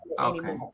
okay